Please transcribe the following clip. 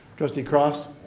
trustee cross.